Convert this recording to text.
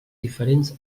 diferents